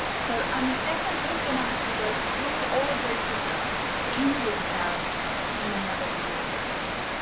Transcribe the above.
so i'm definitely gonna have to go through all of those different uses in detail in another video very soon.